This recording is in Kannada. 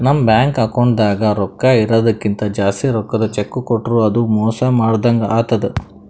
ನಮ್ ಬ್ಯಾಂಕ್ ಅಕೌಂಟ್ದಾಗ್ ರೊಕ್ಕಾ ಇರದಕ್ಕಿಂತ್ ಜಾಸ್ತಿ ರೊಕ್ಕದ್ ಚೆಕ್ಕ್ ಕೊಟ್ರ್ ಅದು ಮೋಸ ಮಾಡದಂಗ್ ಆತದ್